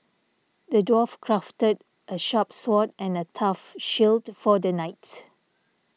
the dwarf crafted a sharp sword and a tough shield for the knight